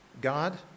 God